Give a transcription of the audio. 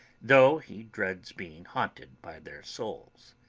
though he dreads being haunted by their souls.